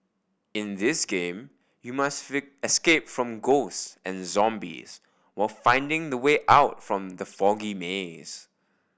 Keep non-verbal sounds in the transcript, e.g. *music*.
in this game you must *unintelligible* escape from ghost and zombies while finding the way out from the foggy maze